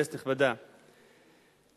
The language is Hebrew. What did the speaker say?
כנסת נכבדה,